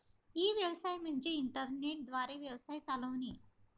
E व्यवसाय म्हणजे internet द्वारे व्यवसाय चालवणे